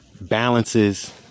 balances